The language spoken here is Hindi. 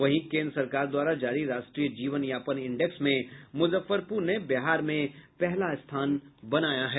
वहीं केन्द्र सरकार द्वारा जारी राष्ट्रीय जीवनयापन इंडेक्स में मुजफ्फरपुर ने बिहार में पहला स्थान बनाया है